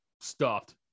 stuffed